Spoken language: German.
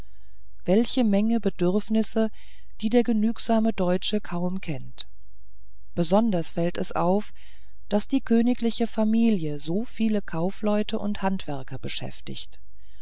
welche mengen bedürfnisse die der genügsame deutsche kaum kennt besonders fällt es auf daß die königliche familie so viele kaufleute und handwerker beschäftigt